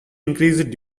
increased